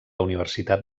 universitat